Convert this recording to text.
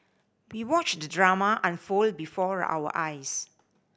we watched the drama unfold before our eyes